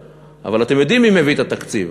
אבל אתם יודעים מי מביא את התקציב.